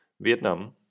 Vietnam